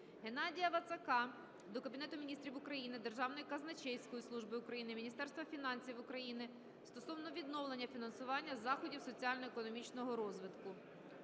Геннадія Вацака до Кабінету Міністрів України, Державної казначейської служби України, Міністерства фінансів України стосовно відновлення фінансування заходів соціально-економічного розвитку.